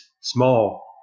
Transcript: small